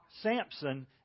Samson